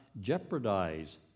jeopardize